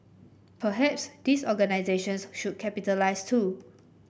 perhaps these organisations should capitalise too